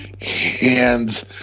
Hands